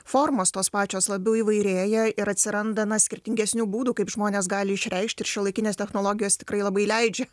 formos tos pačios labiau įvairėja ir atsiranda na skirtingesnių būdų kaip žmonės gali išreikšti ir šiuolaikinės technologijos tikrai labai leidžia